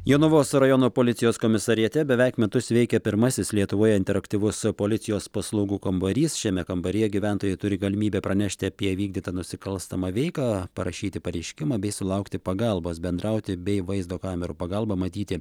jonavos rajono policijos komisariate beveik metus veikia pirmasis lietuvoje interaktyvus policijos paslaugų kambarys šiame kambaryje gyventojai turi galimybę pranešti apie įvykdytą nusikalstamą veiką parašyti pareiškimą bei sulaukti pagalbos bendrauti bei vaizdo kamerų pagalba matyti